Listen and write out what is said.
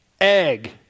egg